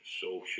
social